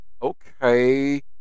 Okay